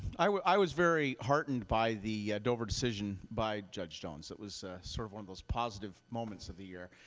i was i was very heartened by the dover decision by judge jones. it was sort of one of those positive moments of the year.